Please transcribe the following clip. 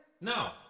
No